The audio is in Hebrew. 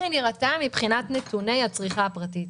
היא נראתה מבחינת נתוני הצריכה הפרטית.